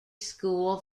school